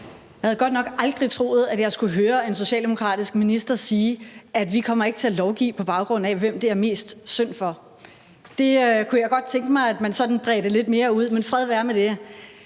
Jeg havde godt nok aldrig troet, at jeg skulle høre en socialdemokratisk minister sige, at vi ikke kommer til at lovgive på baggrund af, hvem det er mest synd for. Det kunne jeg godt tænke mig at man sådan bredte lidt mere ud, men fred være med det.